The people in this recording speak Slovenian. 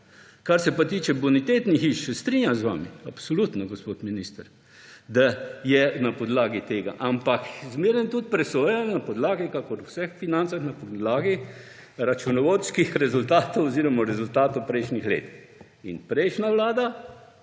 Kar se pa tiče bonitetnih hiš, se strinjam z vami, absolutno, gospod minister, da je na podlagi tega. Ampak zmeraj tudi presojajo, kakor o vseh financah, na podlagi računovodskih rezultatov oziroma rezultatov prejšnjih let. Ko je bila prejšnja vlada,